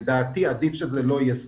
לדעתי, עדיף שזה לא יהיה סייע,